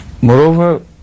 Moreover